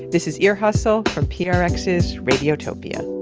this is ear hustle from prx's radiotopia.